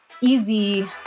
easy